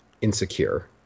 insecure